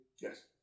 Yes